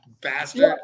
Bastard